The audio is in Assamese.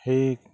সেই